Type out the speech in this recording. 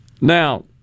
Now